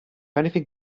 anything